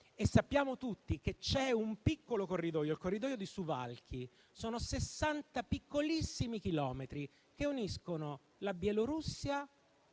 E sappiamo tutti che c'è un piccolo corridoio, il corridoio di Suwałki, appena 60 chilometri che uniscono la Bielorussia